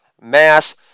mass